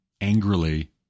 angrily